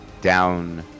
down